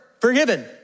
Forgiven